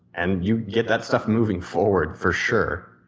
and you get that stuff moving forward for sure.